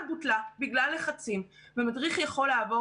בוטלה בגלל לחצים והמדריך יכול לעבור,